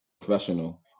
professional